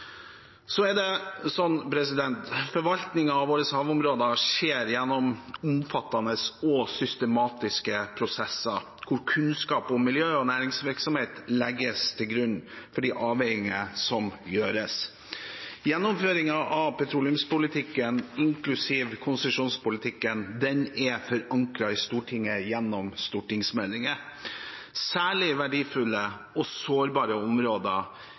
av våre havområder skjer gjennom omfattende og systematiske prosesser, hvor kunnskap om miljø og næringsvirksomhet legges til grunn for de avveininger som gjøres. Gjennomføringen av petroleumspolitikken, inklusiv konsesjonspolitikken, er forankret i Stortinget gjennom stortingsmeldinger. Særlig verdifulle og sårbare områder